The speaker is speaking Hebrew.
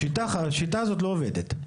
השיטה הזו לא עובדת,